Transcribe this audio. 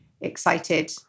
excited